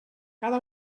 cada